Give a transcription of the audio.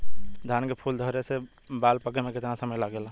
धान के फूल धरे से बाल पाके में कितना समय लागेला?